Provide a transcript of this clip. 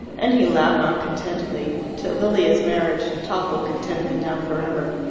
and he laughed on contentedly, till lilia's marriage toppled contentment down for ever.